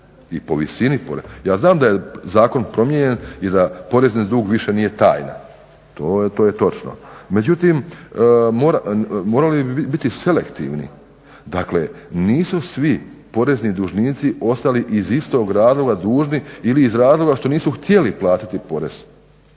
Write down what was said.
i po visini poreznog duga. Ja znam da je zakon promijenjen i da porezni dug više nije tajna, to je točno. Međutim morali bi biti selektivni. Dakle nisu svi porezni dužnici ostali iz istog razloga dužni ili iz razloga što nisu htjeli platiti porez.